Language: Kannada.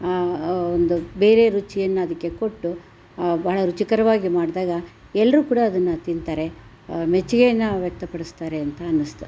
ಒಂದು ಬೇರೆ ರುಚಿಯನ್ನು ಅದಕ್ಕೆ ಕೊಟ್ಟು ಬಹಳ ರುಚಿಕರವಾಗಿ ಮಾಡಿದಾಗ ಎಲ್ಲರೂ ಕೂಡ ಅದನ್ನ ತಿಂತಾರೆ ಮೆಚ್ಚುಗೆಯನ್ನು ವ್ಯಕ್ತಪಡಿಸ್ತಾರೆ ಅಂತ ಅನ್ನಿಸ್ತು